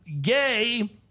gay